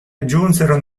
aggiunsero